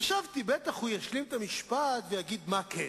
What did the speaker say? חשבתי שהוא בטח ישלים את המשפט ויגיד מה כן,